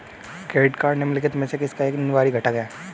Credit card निम्नलिखित में से किसका एक अनिवार्य घटक है?